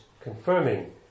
confirming